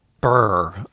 burr